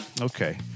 Okay